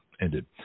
ended